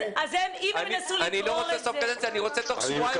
אם הם ינסו לגרור את זה -- אני לא רוצה --- אני רוצה תוך שבועיים.